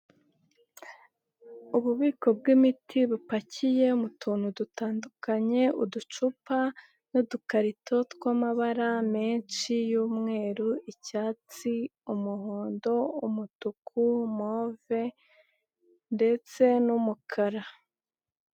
Ububiko bw'imiti bupakiye mu tuntu dutandukanye, uducupa n'udukarito tw'amabara menshi, umweru, icyatsi, umuhondo, umutuku, move ndetse n'umukara.